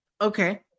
Okay